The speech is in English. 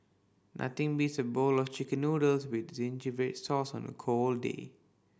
nothing beats a bowl of Chicken Noodles with zingy red sauce on a cold day